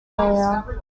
area